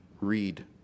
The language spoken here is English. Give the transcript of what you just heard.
read